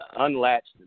unlatched